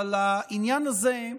אבל העניין הזה,